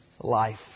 life